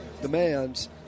demands